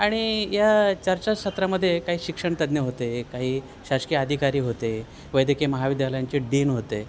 आणि या चर्चासत्रा मध्ये काही शिक्षणतज्ज्ञ होते काही शासकीय अधिकारी होते वैद्यकीय महाविद्यालयांचे डीन होते